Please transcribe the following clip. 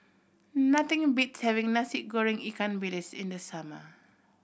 nothing beats having Nasi Goreng ikan bilis in the summer